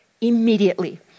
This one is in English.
immediately